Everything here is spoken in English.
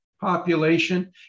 population